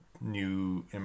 new